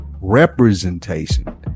representation